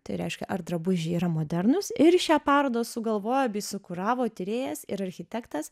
tai reiškia ar drabužiai yra modernūs ir šią parodą sugalvojo bei sukuravo tyrėjas ir architektas